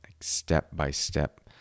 step-by-step